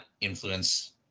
influence